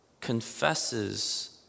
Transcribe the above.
confesses